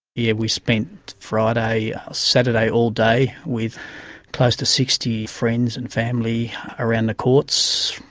yeah we've spent friday, saturday all day, with close to sixty friends and family around the courts,